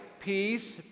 peace